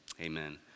amen